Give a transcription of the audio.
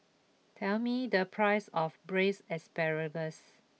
tell me the price of braised asparagus